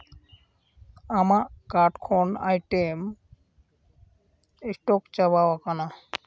ᱟᱢᱟᱜ ᱠᱟᱨᱰ ᱠᱷᱚᱱ item stock ᱪᱟᱵᱟᱣ ᱟᱠᱟᱱᱟ